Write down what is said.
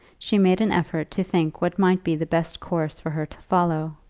she made an effort to think what might be the best course for her to follow.